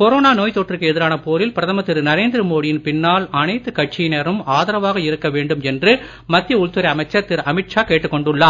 corona நோய் தொற்றுக்கு எதிரான போரில் பிரதமர் திரு நரேந்திர மோடியின் பின்னால் அனைத்து கட்சியினரும் ஆதரவாக இருக்க வேண்டும் என்று மத்திய உள்துறை அமைச்சர் திரு அமீத் ஷா கேட்டுக் கொண்டுள்ளார்